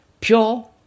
pure